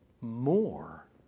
more